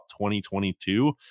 2022